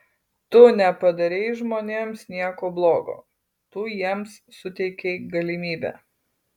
tu nepadarei žmonėms nieko blogo tu jiems suteikei galimybę